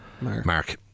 Mark